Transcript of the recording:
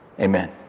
Amen